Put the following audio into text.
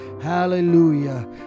Hallelujah